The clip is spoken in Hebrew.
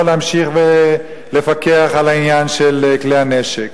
להמשיך ולפקח על העניין של כלי הנשק.